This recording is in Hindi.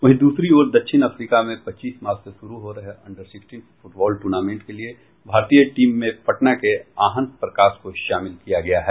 वहीं द्रसरी ओर दक्षिण अफ्रीका में पच्चीस मार्च से शुरू हो रहे अंडर सिक्सटीन फुटबॉल टूर्नामेंट के लिए भारतीय टीम में पटना के आहन प्रकाश को शामिल किया गया है